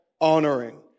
honoring